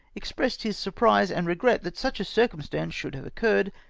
expressed his surprise and regret that such a circumstance should have occurred,